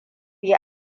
yi